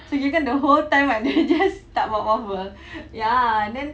so kirakan the whole time right dia just tak buat apa-apa ya then